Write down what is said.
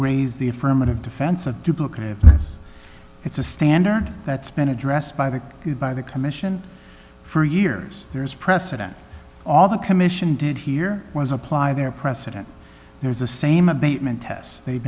raise the affirmative defense of this it's a standard that's been addressed by the by the commission for years there's precedent all the commission did here was apply their precedent there's a same abatement test they'